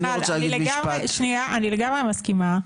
מיכל, אני לגמרי מסכימה,